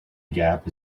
gap